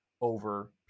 over